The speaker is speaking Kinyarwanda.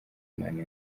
imana